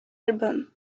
album